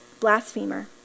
Blasphemer